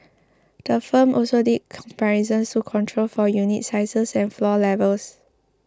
the firm also did comparisons to control for unit sizes and floor levels